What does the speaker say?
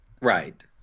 right